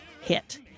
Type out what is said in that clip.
hit